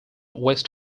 west